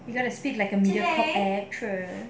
we gonna speak like mediacorp actress